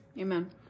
Amen